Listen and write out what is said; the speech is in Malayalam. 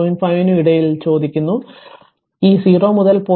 5 നും ഇടയിൽ ചോദിക്കുന്നു അതിനാൽ ഈ 0 മുതൽ 0